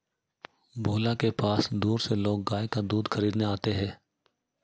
भोला के पास दूर से लोग गाय का दूध खरीदने आते हैं